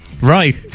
right